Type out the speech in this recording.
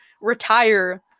retire